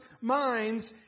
minds